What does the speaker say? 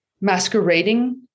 masquerading